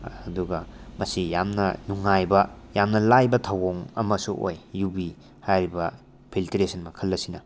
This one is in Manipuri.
ꯑꯗꯨꯒ ꯃꯁꯤ ꯌꯥꯝꯅ ꯅꯨꯡꯉꯥꯏꯕ ꯌꯥꯝꯅ ꯂꯥꯏꯕ ꯊꯧꯑꯣꯡ ꯑꯃꯁꯨ ꯑꯣꯏ ꯌꯨ ꯚꯤ ꯍꯥꯏꯔꯤꯕ ꯐꯤꯜꯇꯔꯦꯁꯟ ꯃꯈꯜ ꯑꯁꯤꯅ